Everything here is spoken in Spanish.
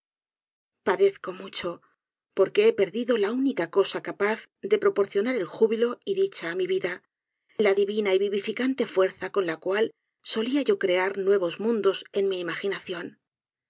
padezco mucho porque he perdido la única cosa capaz de proporcionar júbilo y dicha á mi vida la divina y vivificante fuerza con la cual solia yo crear nuevos mundos en mi imaginación